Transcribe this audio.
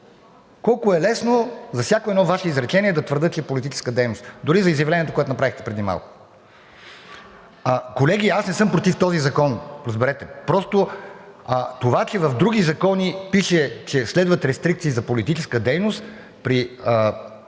Колко е лесно за всяко едно Ваше изречение да твърдя, че е политическа дейност, дори за изявлението, което направихте преди малко. Колеги, аз не съм против този закон, разберете. Просто това, че в други закони пише, че следват рестрикции за политическа дейност при